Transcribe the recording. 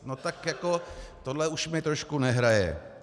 No tak jako tohle už mi trošku nehraje.